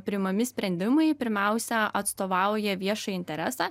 priimami sprendimai pirmiausia atstovauja viešąjį interesą